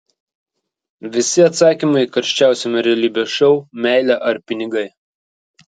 visi atsakymai karščiausiame realybės šou meilė ar pinigai